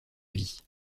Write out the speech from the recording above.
vie